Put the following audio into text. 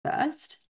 First